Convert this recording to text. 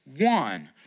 one